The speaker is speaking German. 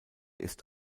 ist